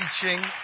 teaching